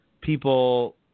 people